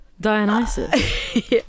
Dionysus